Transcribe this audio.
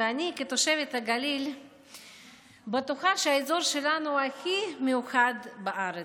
ואני כתושבת הגליל בטוחה שהאזור שלנו הוא הכי מיוחד בארץ.